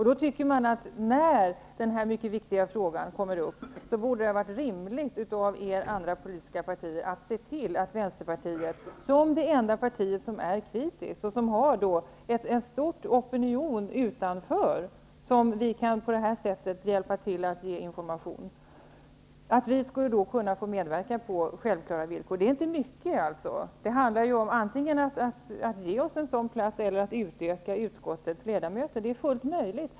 Då tycker man att det, när den här viktiga frågan kom upp, borde ha varit rimligt att de andra politiska partierna såg till att Vänsterpartiet kunde medverka på självklara villkor. Vänsterpartiet är det enda parti som är kritiskt och som stöds av en stor opinion som vi på det sättet skulle kunna informera. Det är inte mycket vi begär. Det handlar om att antingen ge oss en ordinarie plats eller utöka antalet ledamöter i utskottet. Det är fullt möjligt.